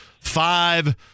five